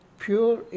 pure